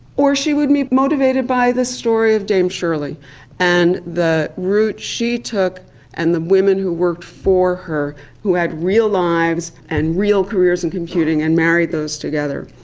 or she would be motivated by this story of dame shirley and the route she took and the women who worked for her who had real lives and real careers in computing and married those together.